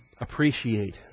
appreciate